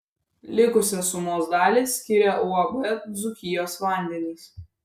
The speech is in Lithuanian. likusią sumos dalį skiria uab dzūkijos vandenys